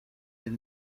del